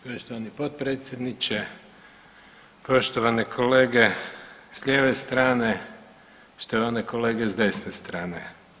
Poštovani potpredsjedniče, poštovane kolege s lijeve strane, štovane kolege s desne strane.